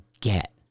get